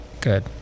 Good